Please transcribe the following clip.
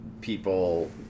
people